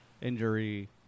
injury